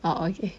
orh okay